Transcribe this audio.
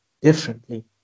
differently